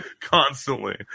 constantly